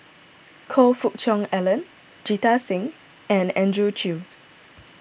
Choe Fook Cheong Alan Jita Singh and Andrew Chew